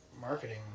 marketing